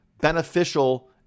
beneficial